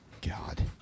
God